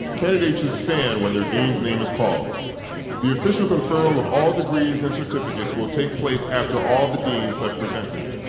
candidates should stand when their dean's name is called the official conferral of all degrees and certificates will take place after all the deans have presented.